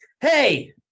Hey